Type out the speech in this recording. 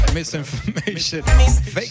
misinformation